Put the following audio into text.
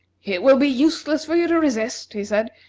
it will be useless for you to resist, he said.